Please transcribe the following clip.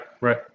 right